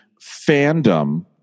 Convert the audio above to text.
fandom